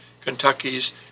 Kentucky's